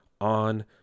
on